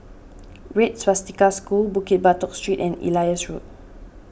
Red Swastika School Bukit Batok Street and Ellis Road